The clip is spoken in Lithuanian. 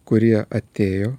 kurie atėjo